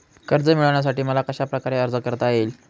कर्ज मिळविण्यासाठी मला कशाप्रकारे अर्ज करता येईल?